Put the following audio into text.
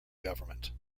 government